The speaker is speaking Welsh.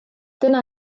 dyna